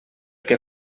que